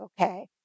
okay